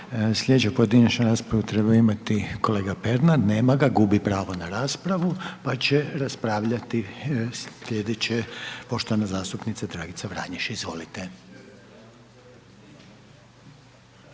Sljedeća pojedinačna raspravu je trebao imati kolega Pernar, nema ga, gubi pravo na raspravu, pa će raspravljati sljedeće poštovana zastupnica Dragica Vranješ. Izvolite.